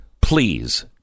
please